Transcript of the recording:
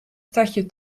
stadje